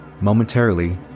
Momentarily